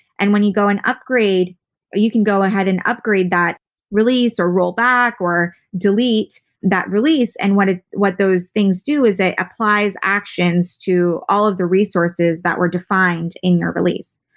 and when you go and upgrade or you can go ahead and upgrade that release or rollback or delete that release and what ah what those things do is it applies actions to all of the resources that were defined in your release.